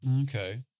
Okay